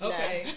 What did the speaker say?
Okay